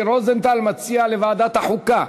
אדוני, אני מבקש לוועדת החוקה.